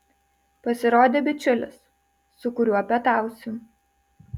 pasirodė bičiulis su kuriuo pietausiu